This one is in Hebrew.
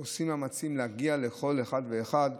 ועושים מאמצים להגיע לכל אחד ואחד.